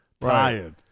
tired